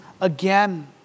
again